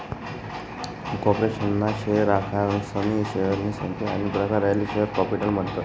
corporation ना share आखनारासनी शेअरनी संख्या आनी प्रकार याले शेअर कॅपिटल म्हणतस